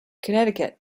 connecticut